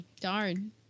darn